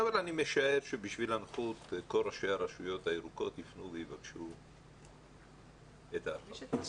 אני משער שעבור הנוחות כל ראשי הרשויות הירוקות יפנו ויבקשו את ההחרגה.